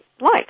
life